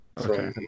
Okay